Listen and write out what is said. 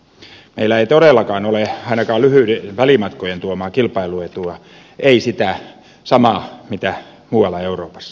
meillä ei todellakaan ole ainakaan lyhyiden välimatkojen tuomaa kilpailuetua ei sitä samaa mitä muualla euroopassa